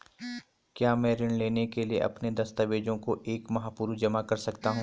क्या मैं ऋण लेने के लिए अपने दस्तावेज़ों को एक माह पूर्व जमा कर सकता हूँ?